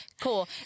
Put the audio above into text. cool